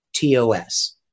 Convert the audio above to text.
TOS